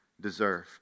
deserve